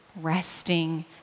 resting